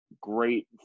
Great